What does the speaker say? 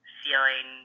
feeling